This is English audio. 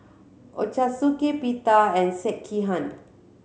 Ochazuke Pita and Sekihan